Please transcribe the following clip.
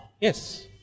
yes